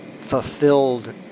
fulfilled